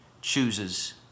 chooses